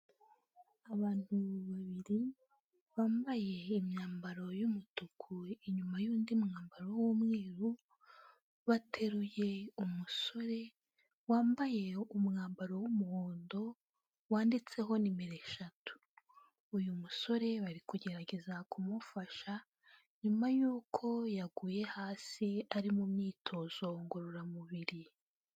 Abantu babiri, bambaye imyambaro y'umutuku inyuma y'undi mwambaro w'umweru, bateruye umusore, wambaye umwambaro w'umuhondo wanditseho nimero eshatu, uyu musore bari kugerageza kumufasha, nyuma yuko yaguye hasi ari mu myitozo ngororamubiri.